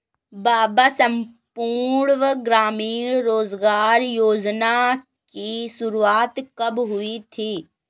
बाबा संपूर्ण ग्रामीण रोजगार योजना की शुरुआत कब हुई थी?